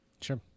Sure